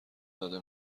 داده